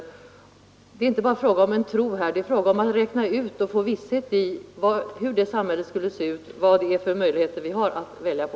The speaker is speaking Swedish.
Här är det inte bara fråga om tro, det är fråga om att räkna ut och få visshet i hur det samhället skulle se ut, vad det är för möjligheter vi har att välja på.